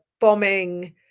bombing